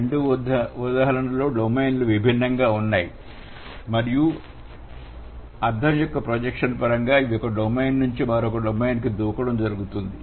రెండు ఉదాహరణ లలో డొమైన్ లు విభిన్నంగా ఉంటాయి మరియు అర్థం యొక్క ప్రొజెక్షన్ పరంగా ఇవి ఒక డొమైన్ నుంచి మరో డొమైన్ కు దూకడం జరుగుతుంది